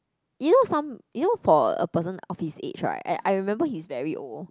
you know some you know for a person for his age right I I remember he is very old